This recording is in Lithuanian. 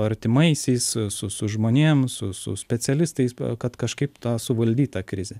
artimaisiais su su žmonėm su su specialistais kad kažkaip tą suvaldyt tą krizę